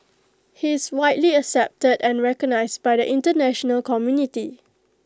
he is widely accepted and recognised by the International community